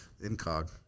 Incog